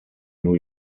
new